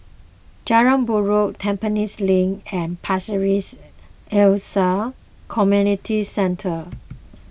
Jalan Buroh Tampines Link and Pasir Ris Elias Community Center